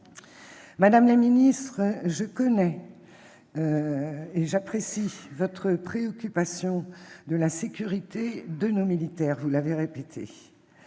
Madame la ministre, je connais et j'apprécie votre préoccupation concernant la sécurité de nos militaires- vous l'avez de